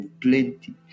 plenty